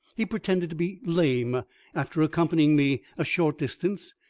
he pretended to be lame after accompanying me a short distance,